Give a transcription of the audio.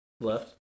left